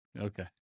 Okay